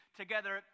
together